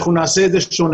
שאנחנו נעשה את זה שונה.